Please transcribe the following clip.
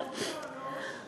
ממש לסגור ולפתוח חדש?